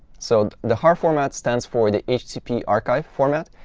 so the har format stands for the http archive format.